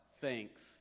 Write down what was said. thanks